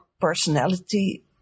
personality